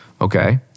Okay